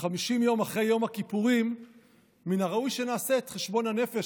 ו-50 יום אחרי יום הכיפורים מן הראוי שנעשה את חשבון הנפש.